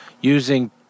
using